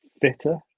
fitter